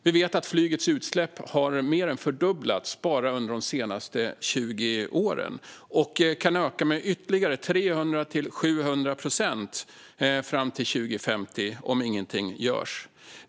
Vi vet att flygets utsläpp har mer än fördubblats bara under de senaste 20 åren och kan öka med ytterligare 300-700 procent fram till 2050 om ingenting görs.